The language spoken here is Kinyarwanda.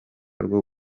rwo